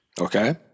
Okay